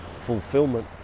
fulfillment